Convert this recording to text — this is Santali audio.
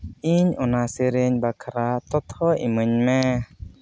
ᱤᱧ ᱚᱱᱟ ᱥᱮᱨᱮᱧ ᱵᱟᱠᱷᱨᱟ ᱛᱚᱛᱛᱷᱚ ᱤᱢᱟᱹᱧᱢᱮ